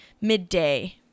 midday